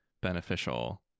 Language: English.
beneficial